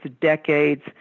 decades